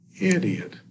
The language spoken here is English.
idiot